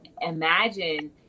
imagine